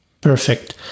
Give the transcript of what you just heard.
Perfect